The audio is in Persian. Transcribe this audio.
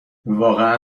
واقعا